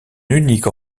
unique